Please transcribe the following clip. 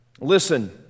listen